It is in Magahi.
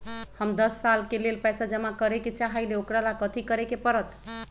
हम दस साल के लेल पैसा जमा करे के चाहईले, ओकरा ला कथि करे के परत?